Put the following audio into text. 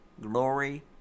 glory